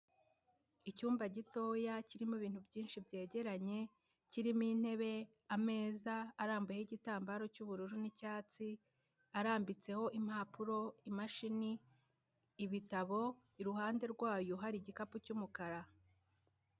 Icyumba gitoya kirimo ibintu byinshi byegeranye, kirimo intebe, ameza arambuyeho igitambaro cy'ubururu n'icyatsi, arambitseho impapuro, imashini, ibitabo, iruhande rwayo hari igikapu cy'umukara.